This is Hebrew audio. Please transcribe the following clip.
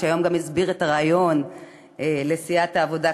שהיום גם הסביר את הרעיון לסיעת העבודה,